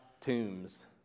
tombs